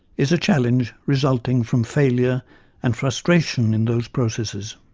is a challenge resulting from failure and frustration in those processes.